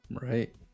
right